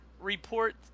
report